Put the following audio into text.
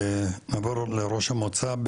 נעבור לראש המועצה,